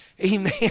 Amen